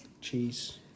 Cheese